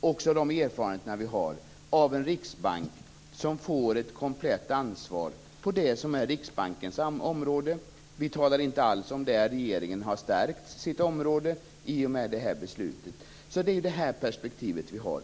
också av de erfarenheter vi har av en riksbank som får ett komplett ansvar för det som är riksbankens område. Vi talar inte alls om det område där regeringen har stärkt sitt inflytande i och med det här beslutet. Det är det perspektivet vi har.